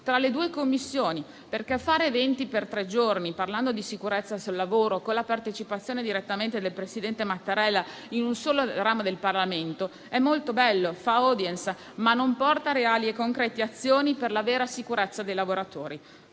tra le due Commissioni. Infatti, fare eventi per tre giorni parlando di sicurezza sul lavoro, con la partecipazione direttamente del presidente Mattarella in un solo ramo del Parlamento, è molto bello e fa *audience*, ma non porta azioni concrete e reali per la vera sicurezza dei lavoratori.